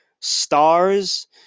stars